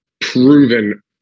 proven